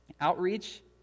Outreach